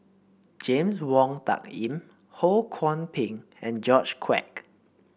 James Wong Tuck Yim Ho Kwon Ping and George Quek